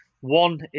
One